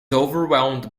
overwhelmed